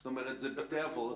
זאת אומרת, זה בית אבות.